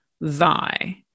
thy